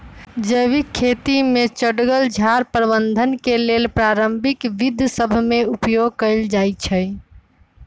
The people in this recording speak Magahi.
जैविक खेती में जङगल झार प्रबंधन के लेल पारंपरिक विद्ध सभ में उपयोग कएल जाइ छइ